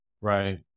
Right